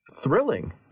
thrilling